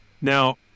Now